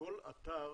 שכל אתר